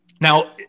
Now